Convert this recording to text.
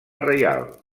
reial